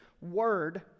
word